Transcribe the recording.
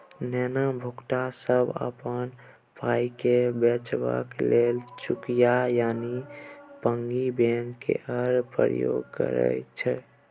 नेना भुटका सब अपन पाइकेँ बचेबाक लेल चुकिया यानी पिग्गी बैंक केर प्रयोग करय छै